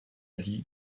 dit